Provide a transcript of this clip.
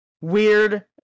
weird